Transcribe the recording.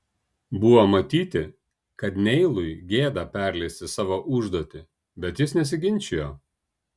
buvo matyti kad neilui gėda perleisti savo užduotį bet jis nesiginčijo